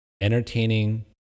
entertaining